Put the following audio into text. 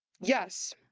Yes